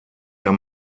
der